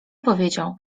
powiedział